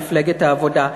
מפלגת העבודה,